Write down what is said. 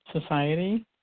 society